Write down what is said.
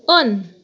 on